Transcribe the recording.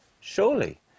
Surely